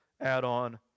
add-on